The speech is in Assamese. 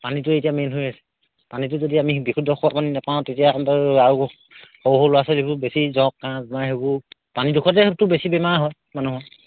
পানীটো এতিয়া মেইন হৈ আছে পানীটো যদি আমি বিশুদ্ধ খোৱা পানী নাপাওঁ তেতিয়া আৰু সৰু সৰু ল'ৰা ছোৱালীবোৰ বেছি জ্বৰ কাহ সেইবোৰ পানী দুখতে সেইটো বেছি বেমাৰ হয় মানুহৰ